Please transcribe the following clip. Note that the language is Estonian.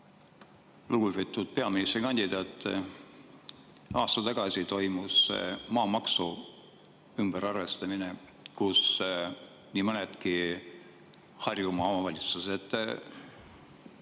Lugupeetud peaministrikandidaat! Aasta tagasi toimus maamaksu ümberarvestamine, kui nii mõneltki Harjumaa omavalitsuselt